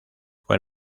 fue